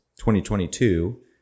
2022